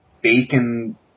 bacon